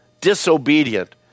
disobedient